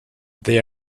they